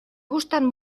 gustan